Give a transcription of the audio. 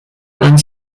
and